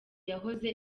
yahoze